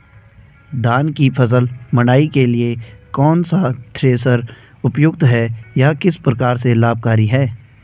धान की फसल मड़ाई के लिए कौन सा थ्रेशर उपयुक्त है यह किस प्रकार से लाभकारी है?